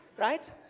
Right